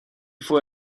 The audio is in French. faut